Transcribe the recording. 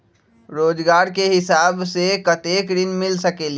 रोजगार के हिसाब से कतेक ऋण मिल सकेलि?